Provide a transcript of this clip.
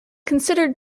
considered